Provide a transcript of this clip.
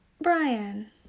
Brian